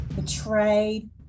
betrayed